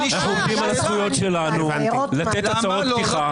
אנחנו עומדים על הזכויות שלנו לתת הצהרות פתיחה.